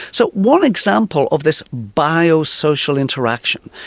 so one example of this biosocial interaction,